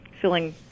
filling